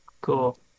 Cool